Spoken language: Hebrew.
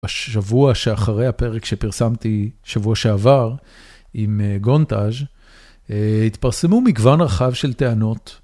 בשבוע שאחרי הפרק שפרסמתי שבוע שעבר, עם גונטאז', התפרסמו מגוון רחב של טענות.